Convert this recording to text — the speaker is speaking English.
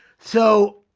so